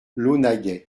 launaguet